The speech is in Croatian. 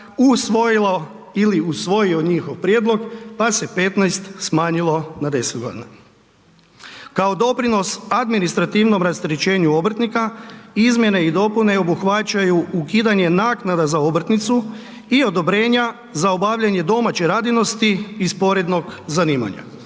usvojilo ili usvojio njihov prijedlog, pa se 15 smanjilo na 10.g.. Kao doprinos administrativnom rasterećenju obrtnika izmjene i dopune obuhvaćaju ukidanje naknada za obrtnicu i odobrenja za obavljanje domaće radinosti i sporednog zanimanja.